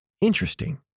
interesting